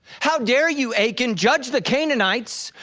how dare you achan judge the canaanites,